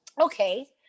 okay